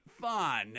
fun